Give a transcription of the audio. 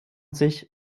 sich